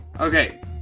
Okay